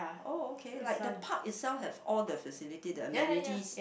oh okay like the park itself have all the facilities the amenities